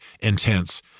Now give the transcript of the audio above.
intense